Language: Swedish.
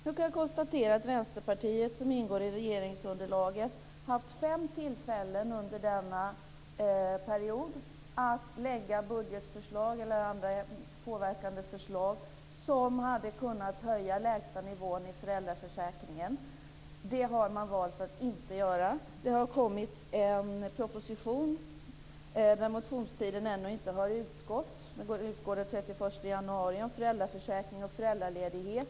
Nu kan vi konstatera att Vänsterpartiet, som ingår i regeringsunderlaget, har haft fem tillfällen under denna period att lägga fram budgetförslag eller andra påverkande förslag som hade kunnat höja lägstanivån i föräldraförsäkringen. Man har valt att inte göra det. Det har kommit en proposition - motionstiden har ännu inte utgått; den utgår den 31 januari - om föräldraförsäkring och föräldraledighet.